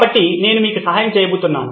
కాబట్టి నేను మీకు సహాయం చేయబోతున్నాను